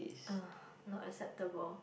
uh not acceptable